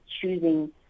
choosing